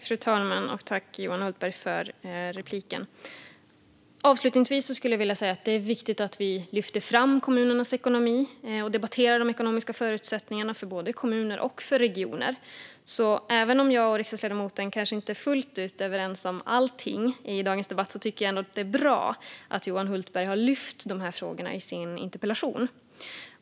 Fru talman! Jag tackar Johan Hultberg för inlägget. Avslutningsvis vill jag säga att det är viktigt att vi lyfter fram kommunernas ekonomi och debatterar de ekonomiska förutsättningarna för både kommuner och regioner, och även om jag och riksdagsledamoten kanske inte fullt ut är överens om allting i dagens debatt tycker jag ändå att det är bra att Johan Hultberg har lyft fram de här frågorna i sin interpellation.